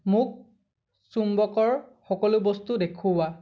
মোক চুম্বকৰ সকলো বস্তু দেখুওৱা